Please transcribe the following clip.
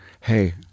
hey